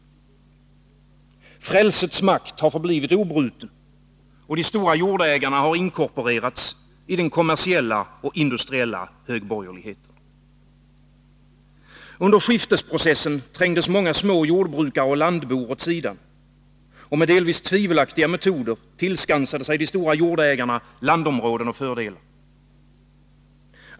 Frälsets makt har förblivit obruten, och de stora jordägarna har inkorporerats i den kommersiella och industriella högborgerligheten. Under skiftesprocessen trängdes många små jordbrukare och landbor åt sidan, och med delvis tvivelaktiga metoder tillskansade sig de stora jordägarna landområden och fördelar.